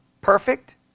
Perfect